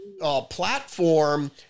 platform